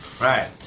Right